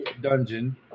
dungeon